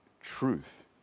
truth